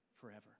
forever